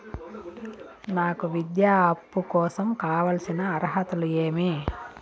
నాకు విద్యా అప్పు కోసం కావాల్సిన అర్హతలు ఏమి?